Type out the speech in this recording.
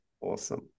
Awesome